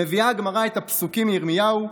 מביאה הגמרא את הפסוקים מירמיהו: